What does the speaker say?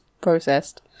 processed